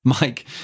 Mike